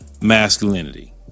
Masculinity